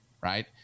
right